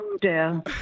dear